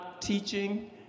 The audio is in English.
teaching